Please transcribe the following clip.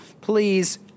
Please